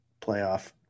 playoff